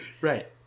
Right